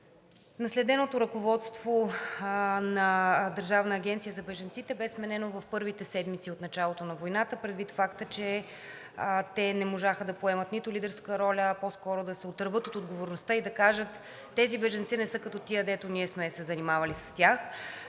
наследеното ръководство на Държавната агенция за бежанците бе сменено в първите седмици от началото на войната предвид факта, че те не можаха да поемат нито лидерска роля, а по-скоро да се отърват от отговорността и да кажат – тези бежанци не са като тези, с които ние сме се занимавали, а